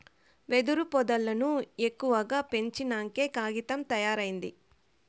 వెదురు పొదల్లను ఎక్కువగా పెంచినంకే కాగితం తయారైంది